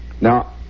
Now